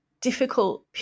difficult